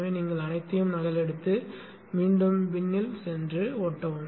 எனவே நீங்கள் அனைத்தையும் நகலெடுத்து மீண்டும் பின்னுக்கு சென்று ஒட்டவும்